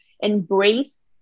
embrace